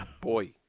boy